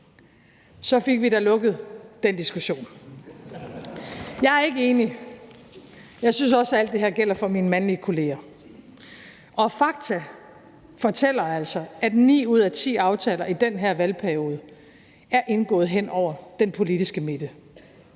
Så fik vi da lukket den diskussion. Jeg er ikke enig; jeg synes også, at alt det her gælder for mine mandlige kolleger. Fakta fortæller altså, at ni ud af ti aftaler i den her valgperiode er indgået hen over den politiske midte.